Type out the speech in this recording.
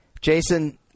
Jason